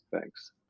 thanks